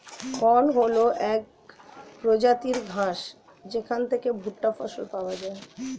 corn হল এক প্রজাতির ঘাস যেখান থেকে ভুট্টা ফসল পাওয়া যায়